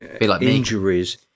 injuries